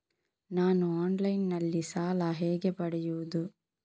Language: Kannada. ನಾನು ಆನ್ಲೈನ್ನಲ್ಲಿ ಸಾಲ ಹೇಗೆ ಪಡೆಯುವುದು?